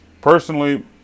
personally